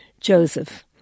Joseph